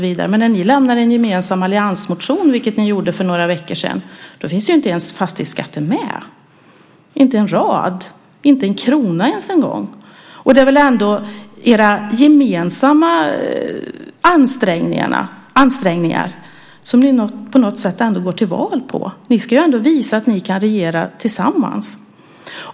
Men när ni väcker en gemensam motion från alliansen, vilket ni gjorde för några veckor sedan, finns fastighetsskatten inte ens med. Det finns inte en rad om det, och inte en krona. Och det är väl ändå era gemensamma ansträngningar som ni går till val på? Ni ska ändå visa att ni kan regera tillsammans.